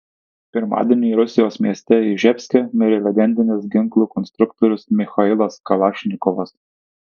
pirmadienį rusijos mieste iževske mirė legendinis ginklų konstruktorius michailas kalašnikovas